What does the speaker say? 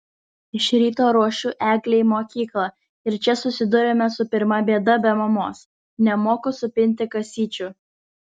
iš ryto ruošiu eglę į mokyklą ir čia susiduriame su pirma bėda be mamos nemoku supinti kasyčių